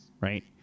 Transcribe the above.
right